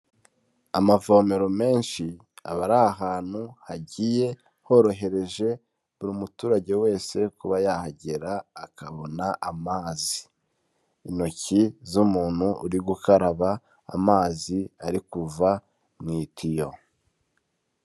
Amavomero menshi aba ari ahantu hagiye horohereje buri muturage wese kuba yahagera akabona amazi, intoki z'umuntu uri gukaraba amazi ari kuva mu itiyo.